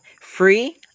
free